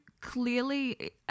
clearly